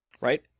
Right